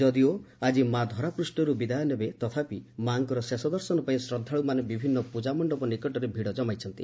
ଯଦିଓ ଆଜି ମା ଧରାପୂଷ୍ଟରୁ ବିଦାୟ ନେବେ ତଥାପି ମାଙ୍କର ଶେଷ ଦର୍ଶନ ପାଇଁ ଶ୍ରଦ୍ଧାଳୁମାନେ ବିଭିନ୍ନ ପୂଜା ମଣ୍ଡପ ନିକଟରେ ଭିଡ଼ ଜମାଇଛନ୍ତି